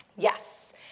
Yes